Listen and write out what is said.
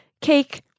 Cake